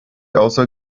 also